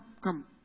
come